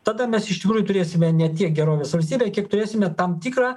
tada mes iš tikrųjų turėsime ne tiek gerovės valstybę kiek turėsime tam tikrą